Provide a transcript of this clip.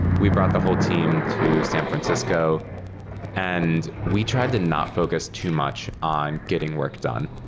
we brought the whole team to san francisco and we tried to not focus too much on getting work done.